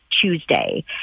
Tuesday